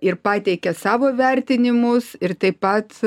ir pateikė savo vertinimus ir taip pat